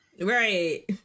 Right